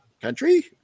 country